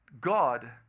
God